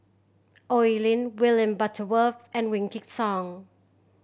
Oi Lin William Butterworth and Wykidd Song